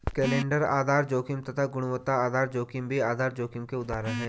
calendar आधार जोखिम तथा गुणवत्ता आधार जोखिम भी आधार जोखिम के उदाहरण है